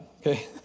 okay